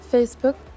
Facebook